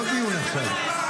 זה לא דיון עכשיו.